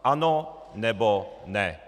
Ano, nebo ne?